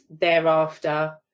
thereafter